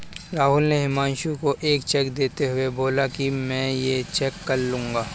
राहुल ने हुमांशु को एक चेक देते हुए बोला कि मैं ये चेक कल लूँगा